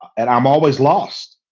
and i'm always lost.